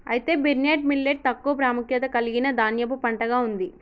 అయితే barnyard millet తక్కువ ప్రాముఖ్యత కలిగిన ధాన్యపు పంటగా ఉంది